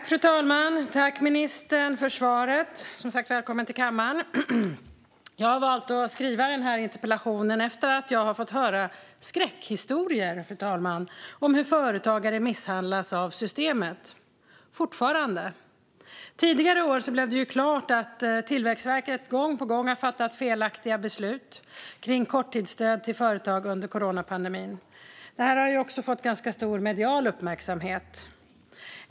Fru talman! Jag tackar ministern för svaret och vill välkomna honom till kammaren. Jag har valt att skriva den här interpellationen efter att ha fått höra skräckhistorier, fru talman, om hur företagare fortfarande misshandlas av systemet. Tidigare i år blev det klart att Tillväxtverket gång på gång har fattat felaktiga beslut kring korttidsstöd till företag under coronapandemin. Detta har också fått ganska stor medial uppmärksamhet.